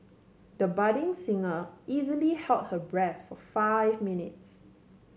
the budding singer easily held her breath for five minutes